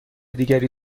دیگری